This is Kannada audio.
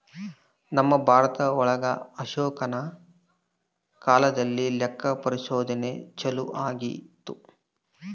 ನಮ್ ಭಾರತ ಒಳಗ ಅಶೋಕನ ಕಾಲದಲ್ಲಿ ಲೆಕ್ಕ ಪರಿಶೋಧನೆ ಚಾಲೂ ಆಗಿತ್ತು